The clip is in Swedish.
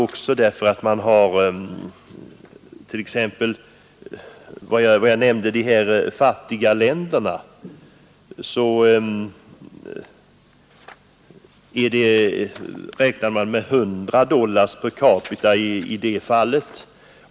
Vad beträffar de fattigaste och minst utvecklade u-länderna räknas det med en bruttonationalprodukt av 100 dollar per capita.